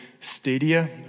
stadia